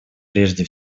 прежде